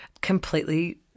completely